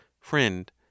Friend